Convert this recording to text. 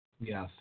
Yes